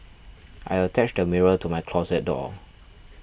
I attached a mirror to my closet door